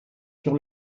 sur